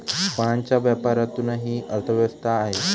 फळांच्या व्यापारातूनही अर्थव्यवस्था आहे